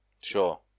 Sure